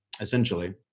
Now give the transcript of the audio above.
essentially